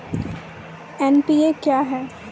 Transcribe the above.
NPA क्या हैं?